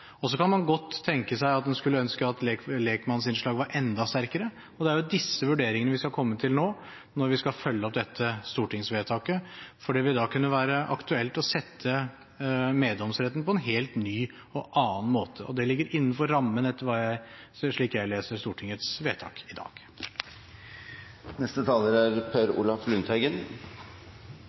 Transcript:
Så kan man godt ønske at lekmannsinnslaget var enda sterkere. Og det er disse vurderingene vi skal komme til nå, når vi skal følge opp dette stortingsvedtaket, for det vil da kunne være aktuelt å sette meddomsretten på en helt ny og annen måte. Det ligger innenfor rammen, slik jeg leser Stortingets vedtak i dag. Det har kommet flere utsagn som er